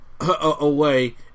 away